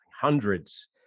hundreds